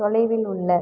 தொலைவில் உள்ள